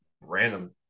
random